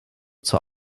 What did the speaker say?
zur